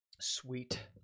Sweet